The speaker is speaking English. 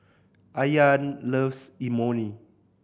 Ayaan loves Imoni